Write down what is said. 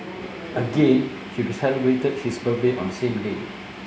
again he celebrated his birthday on the same day